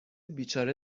بیچاره